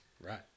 Right